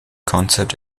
concept